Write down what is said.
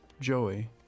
Joey